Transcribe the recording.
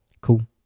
Cool